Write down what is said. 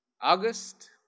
August